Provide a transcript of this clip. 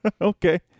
Okay